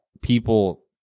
people